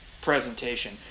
presentation